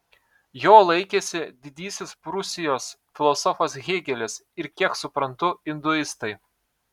jo laikėsi didysis prūsijos filosofas hėgelis ir kiek suprantu induistai